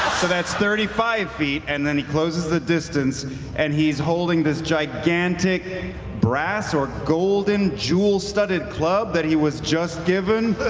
so that's thirty five feet and then he closes the distance and he's holding this gigantic brass or golden jewel-studded club that he was just given.